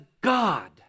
God